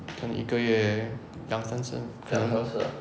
跟一个月两三次两到三次